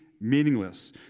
meaningless